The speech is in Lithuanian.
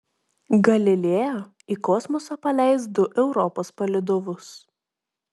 galileo į kosmosą paleis du europos palydovus